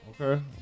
Okay